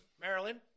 Maryland